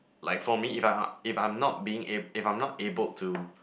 like for me if I'm if I'm not being if I'm not able to